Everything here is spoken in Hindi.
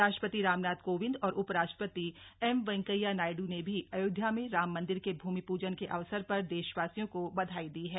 राष्ट्रपति रामनाथ कोविंद और उपराष्ट्रपति एम वेंकैया नायडु ने भी अयोध्या में राम मंदिर के भूमि पूजन के अवसर पर देशवासियों को बधाई दी है